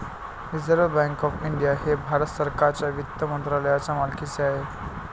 reserve Bank of India हे भारत सरकारच्या वित्त मंत्रालयाच्या मालकीचे आहे